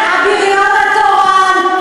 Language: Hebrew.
הבריון התורן,